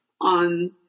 On